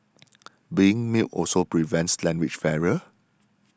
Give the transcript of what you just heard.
being mute also prevents language barrier